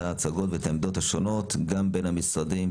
ההצגות ואת העמדות השונות גם בין המשרדים,